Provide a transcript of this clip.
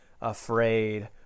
afraid